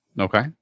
Okay